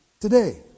today